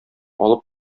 алып